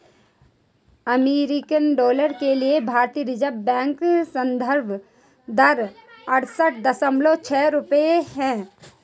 अमेरिकी डॉलर के लिए भारतीय रिज़र्व बैंक संदर्भ दर अड़सठ दशमलव छह रुपये है